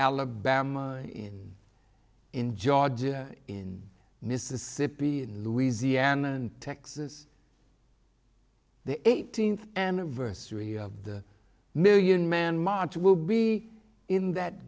alabama in georgia in mississippi and louisiana and texas the eighteenth anniversary of the million man march will be in that